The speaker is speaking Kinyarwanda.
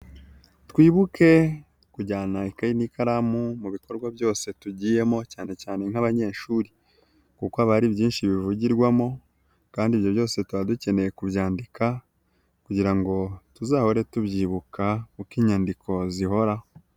Twibuke kujyana ikayi n'ikaramu mu bikorwa byose tugiyemo cyanecyane nk'abanyeshuri kuko haba hari byinshi bivugirwamo kandi ibyo byose tuba dukeneye kubyandika kugira ngo tuzahore tubyibuka kuko inyandiko zihoraho.